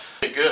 good